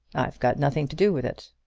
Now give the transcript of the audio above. i've got nothing to do with it.